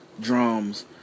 drums